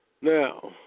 Now